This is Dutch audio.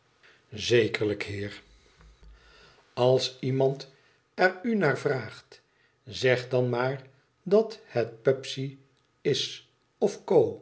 zekerlijk heer als iemand er u naar vraagt zeg dan maar dat het pubsey is